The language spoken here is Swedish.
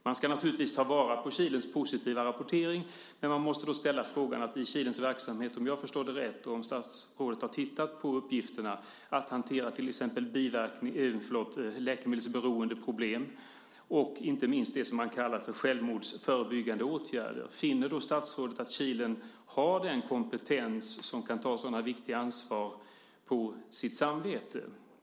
Man ska naturligtvis ta vara på Kilens positiva rapportering, men man måste då ställa frågan om det i Kilens verksamhet - om jag förstår det rätt och om statsrådet har tittat på uppgifterna - ingår att hantera till exempel läkemedelsberoendeproblem och inte minst det som kallas självmordsförebyggande åtgärder. Finner då statsrådet att Kilen har den kompetens som gör att man kan ta ett så viktigt ansvar på sitt samvete?